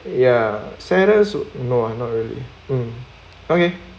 ya saddest no uh not really mm okay